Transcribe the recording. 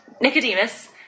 Nicodemus